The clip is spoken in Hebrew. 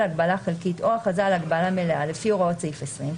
הגבלה חלקית או הכרזה על הגבלה מלאה לפי הוראות סעיף 20,